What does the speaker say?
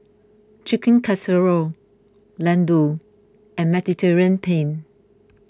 Chicken Casserole Ladoo and Mediterranean Penne